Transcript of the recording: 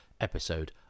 episode